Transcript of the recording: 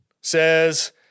says